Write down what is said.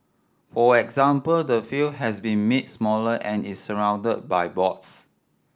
for example the field has been made smaller and is surrounded by boards